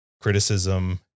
criticism